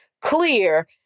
clear